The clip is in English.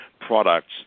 products